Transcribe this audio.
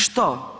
Što?